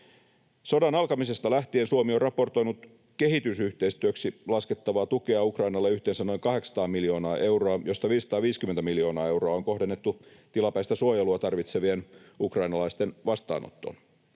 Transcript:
Sodan alkamisesta lähtien Suomi on raportoinut kehitysyhteistyöksi laskettavaa tukea Ukrainalle yhteensä noin 800 miljoonaa euroa, josta 550 miljoonaa euroa on kohdennettu tilapäistä suojelua tarvitsevien ukrainalaisten vastaanottoon.